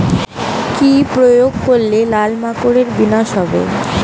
কি প্রয়োগ করলে লাল মাকড়ের বিনাশ হবে?